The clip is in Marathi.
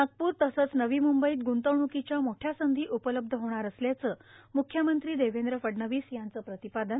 नागपूर तसंच नवी मुंबईत गुंतवणुकोच्या मोठ्या संधी उपलब्ध होणार असल्याचं मुख्यमंत्री देवद्र फडणवीस यांचं प्रातपादन